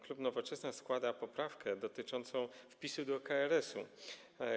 Klub Nowoczesna składa poprawkę dotyczącą wpisu do KRS.